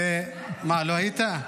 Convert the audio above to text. הופה, איך לא הייתי?